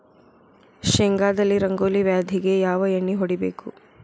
ಶೇಂಗಾದಲ್ಲಿ ರಂಗೋಲಿ ವ್ಯಾಧಿಗೆ ಯಾವ ಎಣ್ಣಿ ಹೊಡಿಬೇಕು?